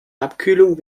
abkühlung